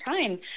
time